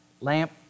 lamp